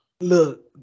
Look